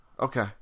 Okay